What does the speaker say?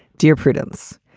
dear prudence,